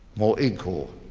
more equal,